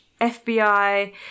FBI